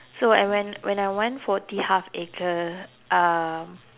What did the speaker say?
so I went when I want T-Harv-Eker um